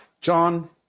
John